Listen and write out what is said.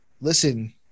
listen